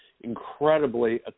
incredibly